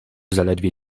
zaledwie